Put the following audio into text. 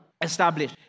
establish